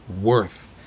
worth